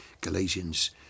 Galatians